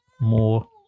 more